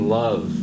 love